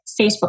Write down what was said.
Facebook